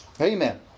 Amen